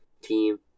team –